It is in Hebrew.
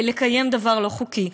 לקיים דבר לא חוקי.